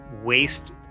waste